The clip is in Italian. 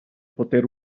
poter